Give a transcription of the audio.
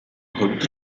хувьд